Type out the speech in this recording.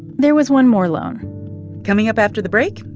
there was one more loan coming up after the break,